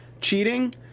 cheating